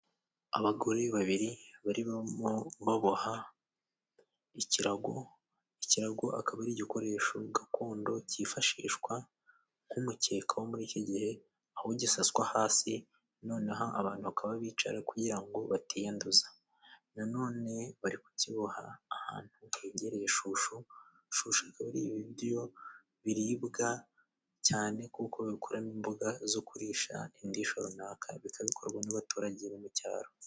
Abagore babiri barimo baboha ikirago, ikirago akaba ari igikoresho gakondo cyifashishwa nk'umukeka wo muri iki gihe, aho gisaswa hasi, noneho abantu bakaba bicara kugira ngo batiyanduza. Nanone bari kukiboha ahantu hegereye ishusho, ishusho akaba ari ibiryo biribwa cyane, kuko babikuramo imboga zo kurisha indisho runaka, ndetse bikorwa n'abaturage bo mu cyaro.